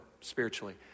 spiritually